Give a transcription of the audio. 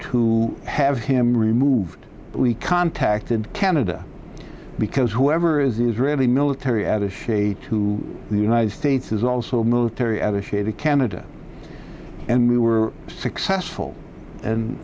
to have him removed we contacted canada because whoever is the israeli military attache to the united states is also military attache to canada and we were successful and